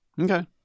Okay